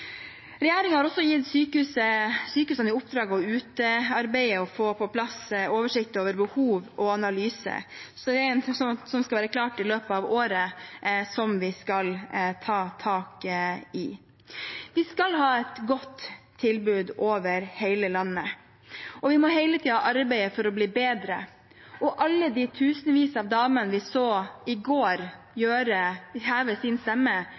få på plass oversikt over behov og analyse. Det skal være klart i løpet av året, og vi skal ta tak i det. Vi skal ha et godt tilbud over hele landet, og vi må hele tiden arbeide for å bli bedre. Alle de tusenvis av damene vi så heve sin stemme i går,